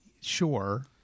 sure